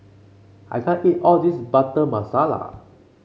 I can't eat all this Butter Masala